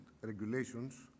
regulations